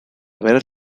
ver